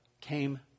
came